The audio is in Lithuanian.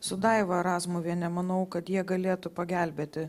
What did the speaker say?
su daiva razmuviene manau kad jie galėtų pagelbėti